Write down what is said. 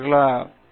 பேராசிரியர் எஸ்